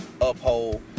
uphold